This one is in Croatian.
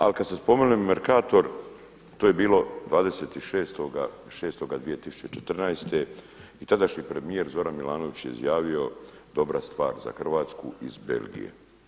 Ali kada ste spominjali Mercator to je bilo 26.6. 2014. i tadašnji premijer Zoran Milanović je izjavio, dobra stvar za Hrvatsku iz Belgije.